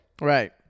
Right